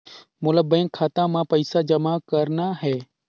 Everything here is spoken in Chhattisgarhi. मोला बैंक खाता मां पइसा जमा करना हे?